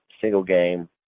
Single-game